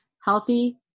healthy